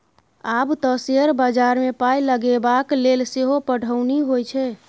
आब तँ शेयर बजारमे पाय लगेबाक लेल सेहो पढ़ौनी होए छै